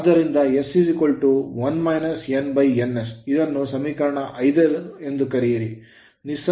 ಆದ್ದರಿಂದ s 1 n ns ಇದನ್ನು ಸಮೀಕರಣ 5 ಎಂದು ಕರೆಯಿರಿ